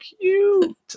cute